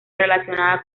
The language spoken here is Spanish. relacionada